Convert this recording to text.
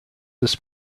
this